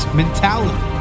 mentality